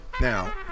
Now